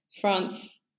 France